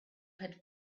had